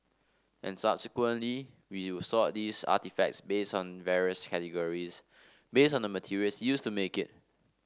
and subsequently we will sort these artefacts based on various categories based on the materials used to make it